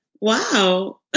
Wow